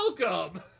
Welcome